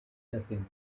blessing